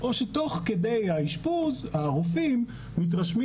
או שתוך כדי האשפוז הרופאים מתרשמים